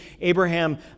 Abraham